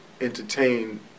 entertain